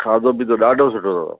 खाधो पीतो ॾाढो सुठो अथव